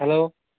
hello